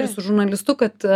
su žurnalistu kad